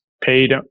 paid